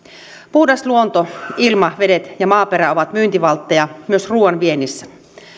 puhdas luonto ilma vedet ja maaperä ovat myyntivaltteja myös ruuan viennissä